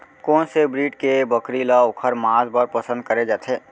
कोन से ब्रीड के बकरी ला ओखर माँस बर पसंद करे जाथे?